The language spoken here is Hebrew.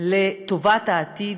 לטובת העתיד,